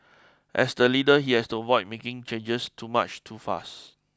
as the leader he has to avoid making changes too much too fast